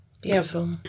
Beautiful